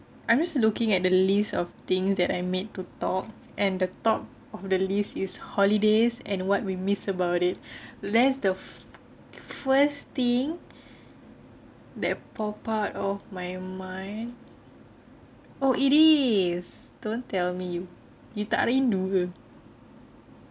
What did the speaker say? I'm just looking at the list of things that I made to talk and the top of the list is holidays and what we miss about it that's the first thing that popped out of my mind oh it is don't tell me you tak rindu ke